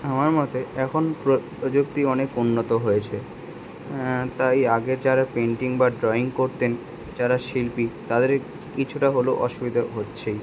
আমার মতে এখন প্রযুক্তি অনেক উন্নত হয়েছে তাই আগের যারা পেন্টিং বা ড্রয়িং করতেন যারা শিল্পী তাদের কিছুটা হলেও অসুবিধা হচ্ছেই